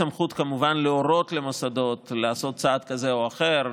אין לי סמכות כמובן להורות למוסדות לעשות צעד כזה או אחר,